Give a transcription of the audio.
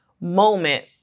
moment